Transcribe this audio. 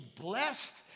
blessed